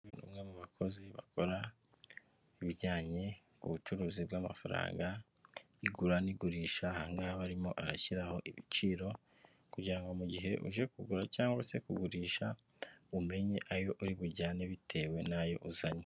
Umwe mu bakozi bakora ibijyanye n'ubucuruzi bw'amafaranga, igura n'igurisha, aha ngaha harimo arashyiraho ibiciro kugira ngo mu gihe uje kugura cyangwa se kugurisha umenye ayo uri bujyane bitewe n'ayo uzanye.